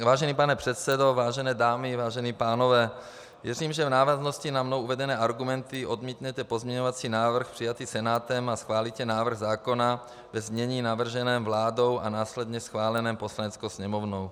Vážený pane předsedo, vážené dámy, vážení pánové, věřím, že v návaznosti na mnou uvedené argumenty odmítnete pozměňovací návrh přijatý Senátem a schválíte návrh zákona ve znění navrženém vládou a následně schváleném Poslaneckou sněmovnou.